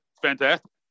fantastic